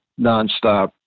nonstop